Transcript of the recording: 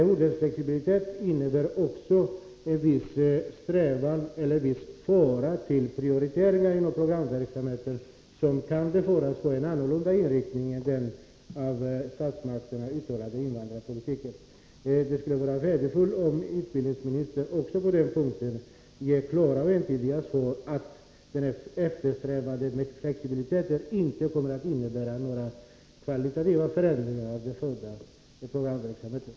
Men ordet flexibilitet innebär också en viss fara för prioriteringar inom programverksamheten, vilken befaras få en annan inriktning än den som uttalats av statsmakterna när det gäller invandrarpolitiken. Det vore värdefullt om utbildningsministern också på den här punkten klart och entydigt ville uttala att den eftersträvade flexibiliteten inte kommer att innebära några kvalitativa förändringar av programverksamheten.